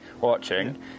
watching